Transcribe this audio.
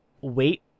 wait